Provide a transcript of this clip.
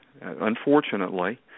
unfortunately